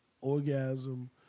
orgasm